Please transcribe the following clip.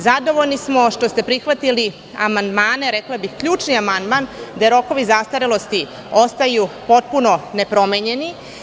Zadovoljni smo što ste prihvatili amandmane, rekla bih ključni amandman, gde rokovi zastarelosti ostaju potpuno nepromenjeni.